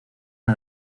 una